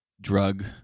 drug